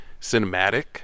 cinematic